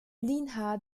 linha